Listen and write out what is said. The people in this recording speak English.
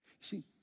See